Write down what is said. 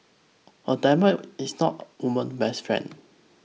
a diamond is not woman's best friend